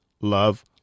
love